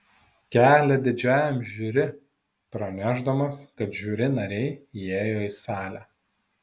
kelią didžiajam žiuri pranešdamas kad žiuri nariai įėjo į salę